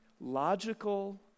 logical